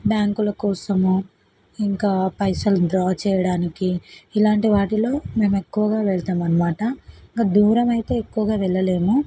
బ్యాంకుల కోసమో ఇంకా పైసలు డ్రా చేయడానికి ఇలాంటి వాటిలో మేం ఎక్కువగా వెళతాం అన్నమాట ఇంకా దూరమైతే ఎక్కువగా వెళ్ళలేము